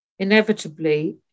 Inevitably